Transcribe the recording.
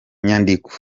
nyandiko